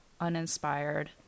uninspired